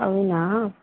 అవునా